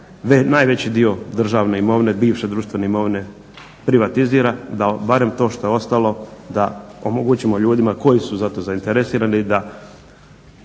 najveći dio državne imovine, bivše društvene imovine privatizira, da barem to što je ostalo da omogućimo ljudima koji su za to zainteresirani da